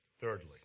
Thirdly